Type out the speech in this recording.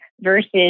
versus